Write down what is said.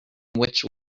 which